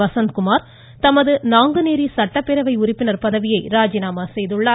வசந்த் குமார் தமது நாங்குநேரி சட்டப்பேரவை உறுப்பினர் பதவியை ராஜினாமா செய்துள்ளார்